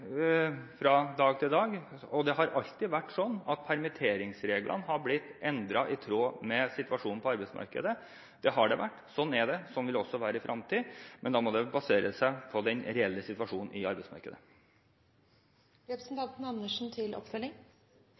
fra dag til dag. Det har alltid vært sånn at permitteringsreglene har blitt endret i tråd med situasjonen på arbeidsmarkedet. Sånn har det vært, sånn er det, og sånn vil det også være i fremtiden, men da må det basere seg på den reelle situasjonen i